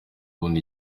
ubundi